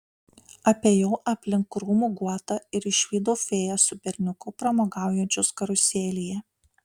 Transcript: apėjau aplink krūmų guotą ir išvydau fėją su berniuku pramogaujančius karuselėje